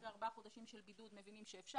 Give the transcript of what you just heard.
אחרי ארבעה חודשים של בידוד מבינים שאפשר.